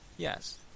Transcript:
Yes